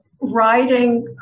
writing